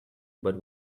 but